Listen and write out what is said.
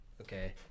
Okay